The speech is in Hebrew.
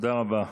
תודה רבה.